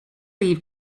leave